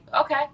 okay